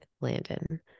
Landon-